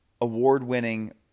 award-winning